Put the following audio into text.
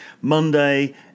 Monday